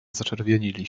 zaczerwienili